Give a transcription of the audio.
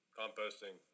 composting